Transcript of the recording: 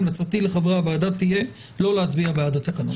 המלצתי לחברי הוועדה תהיה לא להצביע בעד התקנות.